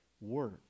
work